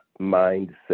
mindset